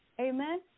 Amen